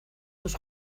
tus